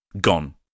gone